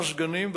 מזגנים,